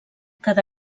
quedà